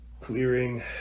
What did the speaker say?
Clearing